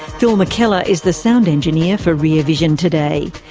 phil mckellar is the sound engineer for rear vision today.